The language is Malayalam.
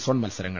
സോൺ മത്സര ങ്ങൾ